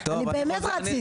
אני באמת רציתי.